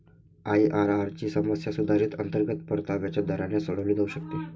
IRR ची समस्या सुधारित अंतर्गत परताव्याच्या दराने सोडवली जाऊ शकते